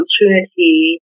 opportunity